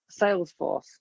Salesforce